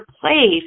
place